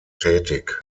tätig